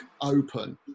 Open